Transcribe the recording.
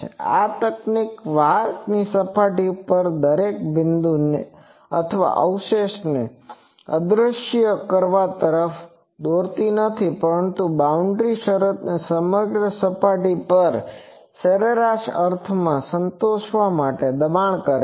આ તકનીક વાહકની સપાટી પરના દરેક બિંદુએ અવશેષને અદ્રશ્ય કરવા તરફ દોરતી નથી પરંતુ બાઉન્ડ્રીની શરતને સમગ્ર સપાટી પર સરેરાશ અર્થમાં સંતોષવા દબાણ કરે છે